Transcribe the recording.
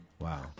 Wow